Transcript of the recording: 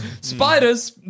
Spiders